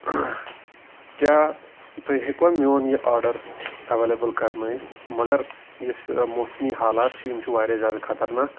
کیٛاہ تُہۍ ہیٚکوا میون یہِ آرڈَر اٮ۪ویلیبٕل کَرنٲیِتھ مگر یُس موسمی حالات چھِ یِم چھِ واریاہ زیادٕ خطرناک